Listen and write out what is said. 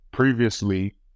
previously